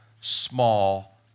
small